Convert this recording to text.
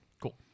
Cool